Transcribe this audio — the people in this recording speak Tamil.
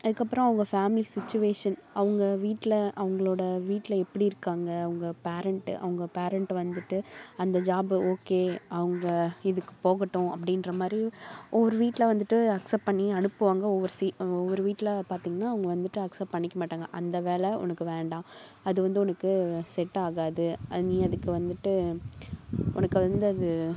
அதுக்கப்புறம் அவங்க ஃபேமிலி சுச்சுவேஷன் அவங்க வீட்டில் அவங்களோட வீட்டில் எப்படி இருக்காங்க அவங்க பேரெண்ட்டு அவங்க பேரெண்ட்டு வந்துட்டு அந்த ஜாபு ஓகே அவங்க இதுக்கு போகட்டும் அப்படீன்ற மாதிரி ஒவ்வொரு வீட்டில் வந்துட்டு அக்ஸப்ட் பண்ணி அனுப்புவாங்க ஒவ்வொரு சி ஒவ்வொரு வீட்டில் பார்த்தீங்கனா அவங்க வந்துட்டு அக்ஸப்ட் பண்ணிக்கமாட்டாங்க அந்த வேலை உனக்கு வேண்டாம் அது வந்து உனக்கு செட் ஆகாது நீ அதுக்கு வந்துட்டு உனக்கு வந்து அது